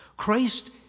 Christ